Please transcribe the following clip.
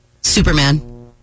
Superman